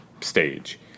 Stage